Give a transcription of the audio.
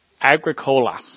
Agricola